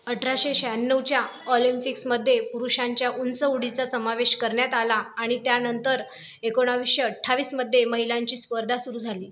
अठराशे शहाण्णवच्या ऑलिम्पिक्समध्ये पुरुषांच्या उंच उडीचा समावेश करण्यात आला आणि त्यानंतर एकोणविसशे अठ्ठावीसमध्ये महिलांची स्पर्धा सुरू झाली